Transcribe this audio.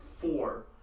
four